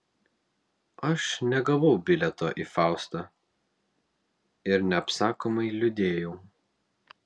aš negavau bilieto į faustą ir neapsakomai liūdėjau